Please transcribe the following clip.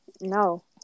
No